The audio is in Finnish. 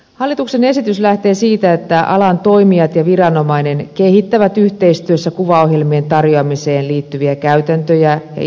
hallituksen esitys lähtee siitä että alan toimijat ja viranomainen kehittävät yhteistyössä kuvaohjelmien tarjoamiseen liittyviä käytäntöjä ja itsesäätelytapoja